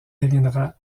deviendra